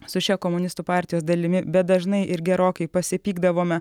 su šia komunistų partijos dalimi bet dažnai ir gerokai pasipykdavome